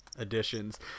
additions